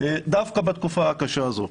דווקא בתקופה הקשה הזו.